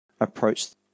approached